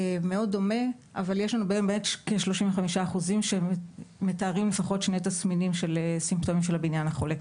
יש לנו כ-35% שמתארים לפחות שני תסמינים של סימפטומים של הבניין החולה.